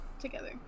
together